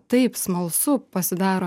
taip smalsu pasidaro